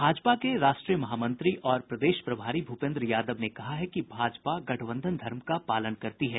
भाजपा के राष्ट्रीय महामंत्री और प्रदेश प्रभारी भूपेन्द्र यादव ने कहा है कि भाजपा गठबंधन धर्म का पालन करती है